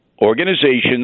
organizations